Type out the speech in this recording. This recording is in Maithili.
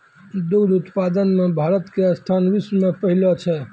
दुग्ध उत्पादन मॅ भारत के स्थान विश्व मॅ पहलो छै